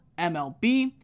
MLB